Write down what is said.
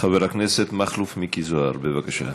חבר הכנסת מכלוף מיקי זוהר, בבקשה.